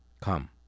Come